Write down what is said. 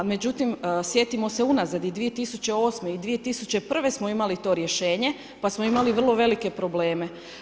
A međutim, sjetimo se unazad i 2008. i 2001. smo imali to rješenje, pa smo imali vrlo velike probleme.